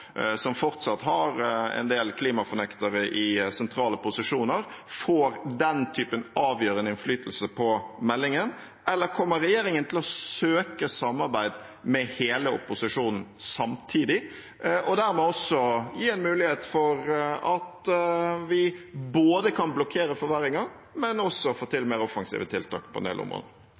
som fortsatt har en del klimafornektere i sentrale posisjoner, får den typen avgjørende innflytelse på meldingen. Eller kommer regjeringen til å søke samarbeid med hele opposisjonen samtidig og dermed gi mulighet for at vi kan blokkere forverringer, men også få til mer offensive tiltak på en del